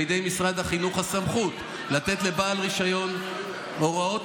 בידי משרד החינוך הסמכות לתת לבעל רישיון הוראות